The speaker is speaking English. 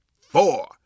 four